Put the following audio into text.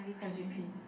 M_V_P